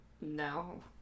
No